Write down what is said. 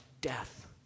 death